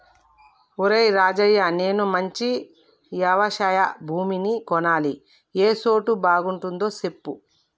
ఒరేయ్ రాజయ్య నేను మంచి యవశయ భూమిని కొనాలి ఏ సోటు బాగుంటదో సెప్పు